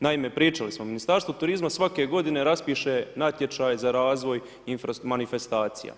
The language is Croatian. Naime, pričali smo, Ministarstvo turizma svake godine raspiše natječaj za razvoj manifestacija.